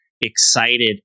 excited